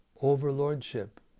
overlordship